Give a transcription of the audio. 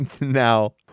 now